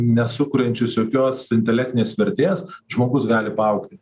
nesukuriančius jokios intelektinės vertės žmogus gali paaugti